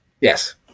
Yes